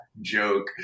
joke